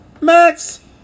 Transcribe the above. Max